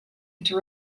into